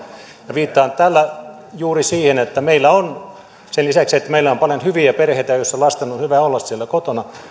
viittaan tällä juuri siihen että sen lisäksi että meillä on paljon hyviä perheitä joissa lasten on hyvä olla siellä kotona